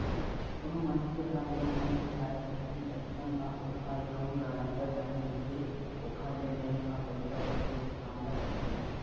कोनो मनखे ह लोन नइ पटाय सकही अइसन म ओखर जउन गारंटर बने रहिथे ओखर ले बेंक ह पइसा वसूली के काम ल करथे